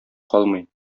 калмый